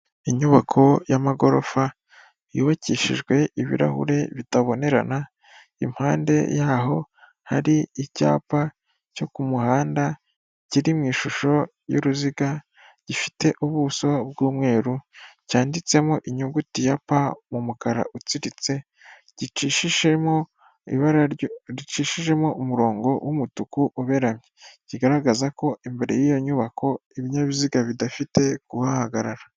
Inyubako y'amagorofa yubakishijwe ibirahure bitabonerana, impande yaho hari icyapa cyo ku muhanda kiri mu ishusho y'uruziga gifite ubuso bw'umweru cyanditsemo inyuguti ya pa mu umukara utsiritse, gicishishemo ibara gicishijemo umurongo w'umutuku uberamye, kigaragaza ko imbere y'iyo nyubako ibinyabiziga bidafite kuhahagarara.